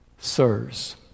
Sirs